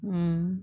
mm